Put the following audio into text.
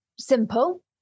simple